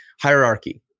hierarchy